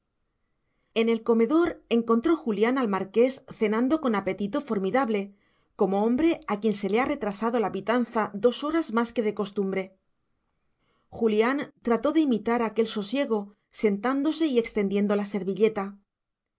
en el comedor encontró julián al marqués cenando con apetito formidable como hombre a quien se le ha retrasado la pitanza dos horas más que de costumbre julián trató de imitar aquel sosiego sentándose y extendiendo la servilleta